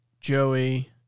Joey